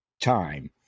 time